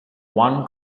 one